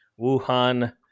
Wuhan